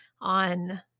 on